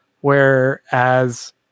Whereas